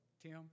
Tim